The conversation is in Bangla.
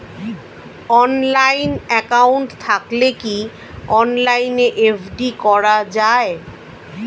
অনলাইন একাউন্ট থাকলে কি অনলাইনে এফ.ডি করা যায়?